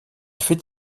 fait